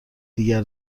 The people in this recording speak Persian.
دیگر